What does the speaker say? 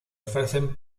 ofrecen